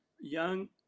young